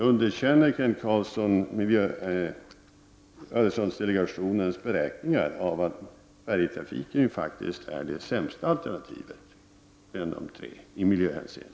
Underkänner Kent Carlsson Öresundsdelegationens bedömning att färjetrafik faktiskt är det sämsta av de tre alternativen i miljöhänseende?